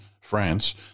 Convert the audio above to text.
France